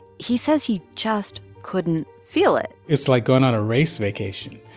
he says he just couldn't feel it it's like going on a race vacation.